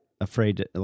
afraid